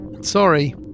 Sorry